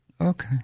Okay